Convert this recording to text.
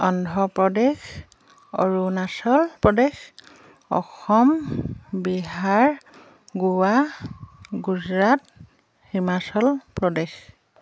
Andhra Pradesh Arunachal Pradesh Assam Bihar Goa Gujarat Himachal Pradesh